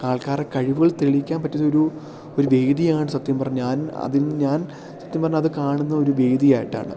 ആൾക്കാരുടെ കഴിവുകൾ തെളിയിക്കാൻ പറ്റുന്നൊരു ഒരു വേദിയാണ് സത്യം പറഞ്ഞാല് ഞാൻ അതിൽ ഞാൻ സത്യം പറഞ്ഞാല് അത് കാണുന്നത് ഒരു വേദിയായിട്ടാണ്